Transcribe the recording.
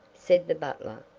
said the butler.